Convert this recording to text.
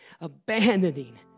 abandoning